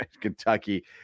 Kentucky